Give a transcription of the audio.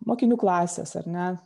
mokinių klasės ar ne